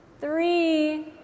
three